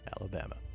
Alabama